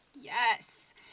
yes